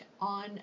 on